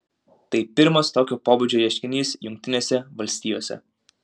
tai pirmas tokio pobūdžio ieškinys jungtinėse valstijose